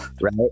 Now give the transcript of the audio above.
right